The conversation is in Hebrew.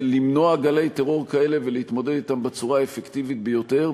למנוע גלי טרור כאלה ולהתמודד אתם בצורה האפקטיבית ביותר.